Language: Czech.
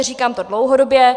Říkám to dlouhodobě.